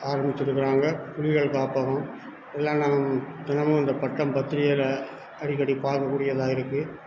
ஆரமிச்சிருக்கறாங்க புலிகள் காப்பகம் எல்லாம் நாம் தினமும் இந்த பட்டம் பத்திரிகையில் அடிக்கடி பார்க்கக்கூடியதாய் இருக்கு